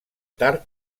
tard